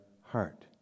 heart